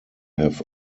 have